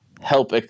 help